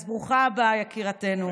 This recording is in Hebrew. אז ברוכה הבאה, יקירתנו.